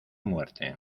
muerte